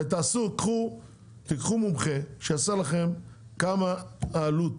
קחו מומחה שיעשה לכם חישוב של עלות